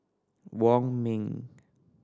Wong Ming